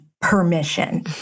permission